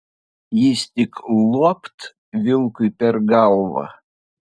jis tik luopt vilkui per galvą